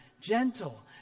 gentle